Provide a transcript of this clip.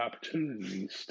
opportunities